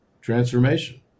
transformation